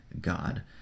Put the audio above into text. God